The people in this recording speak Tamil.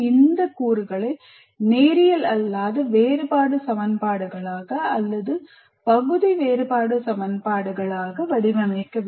இந்த கூறுகளை நேரியல் அல்லாத வேறுபாடு சமன்பாடுகளாக அல்லது பகுதி வேறுபாடு சமன்பாடுகளாக வடிவமைக்க வேண்டும்